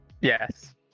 Yes